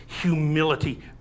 humility